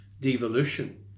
devolution